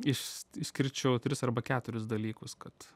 išs išskirčiau tris arba keturis dalykus kad